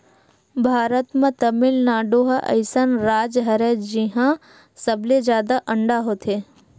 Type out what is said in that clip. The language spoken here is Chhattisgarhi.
भारत म तमिलनाडु ह अइसन राज हरय जिंहा सबले जादा अंडा होथे